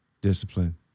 Discipline